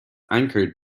anchored